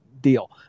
deal